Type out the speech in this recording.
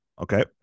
Okay